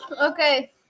Okay